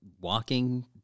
walking